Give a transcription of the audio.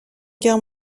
guerre